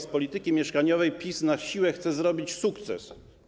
Z polityki mieszkaniowej PiS na siłę chce zrobić sukces.